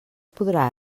podrà